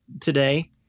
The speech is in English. today